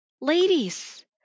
ladies